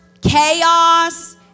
chaos